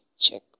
check